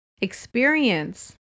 experience